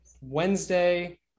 Wednesday